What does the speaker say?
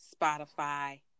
Spotify